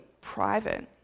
private